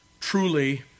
truly